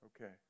Okay